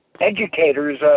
educators